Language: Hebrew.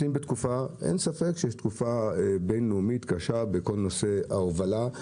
אין ספק שאנחנו נמצאים בתקופה בין-לאומית קשה בכל נושא ההובלה,